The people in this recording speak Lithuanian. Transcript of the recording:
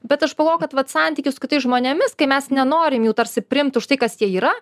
bet aš pagalvojau kad vat santykius su kitais žmonėmis kai mes nenorim jų tarsi priimti už tai kas jie yra